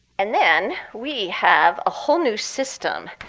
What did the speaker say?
and then we have a whole new system.